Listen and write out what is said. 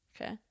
Okay